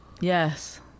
Yes